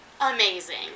amazing